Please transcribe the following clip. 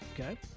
Okay